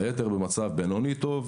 היתר במצב בינוני-טוב,